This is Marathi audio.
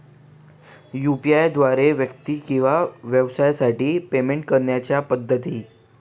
यू.पी.आय द्वारे व्यक्ती किंवा व्यवसायांसाठी पेमेंट करण्याच्या पद्धती